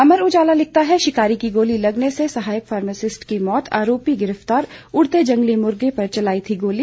अमर उजाला लिखता है शिकारी की गोली लगने से सहायक फार्मासिस्ट की मौत आरोपी गिरफ्तार उड़ते जंगली मुर्गे पर चलाई थी गोली